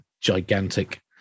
gigantic